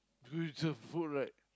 eat some good food right